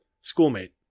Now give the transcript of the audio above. schoolmate